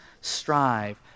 strive